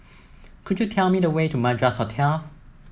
could you tell me the way to Madras Hotel